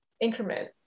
increment